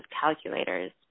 calculators